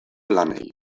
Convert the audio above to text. lanei